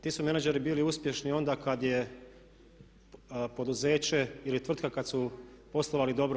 Ti su menadžeri bili uspješni onda kad je poduzeće ili tvrtka kad su poslovali dobro.